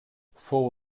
fou